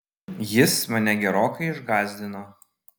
jis mane gerokai išgąsdino